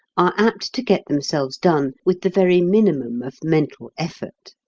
are apt to get themselves done with the very minimum of mental effort.